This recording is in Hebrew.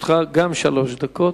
לרשותך גם כן שלוש דקות.